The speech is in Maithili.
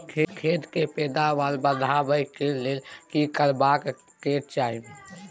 खेत के पैदावार बढाबै के लेल की करबा के चाही?